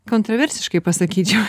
kontroversiškai pasakyčiau